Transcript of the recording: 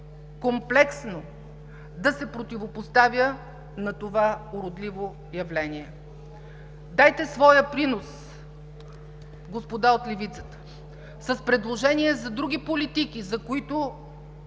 комплексно да се противопоставя на това уродливо явление. Дайте своя принос, господа от левицата, с предложения за други политики, за които